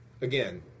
again